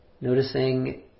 Noticing